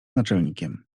naczelnikiem